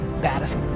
baddest